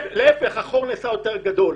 להיפך, החור נעשה יותר גדול.